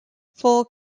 full